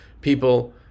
people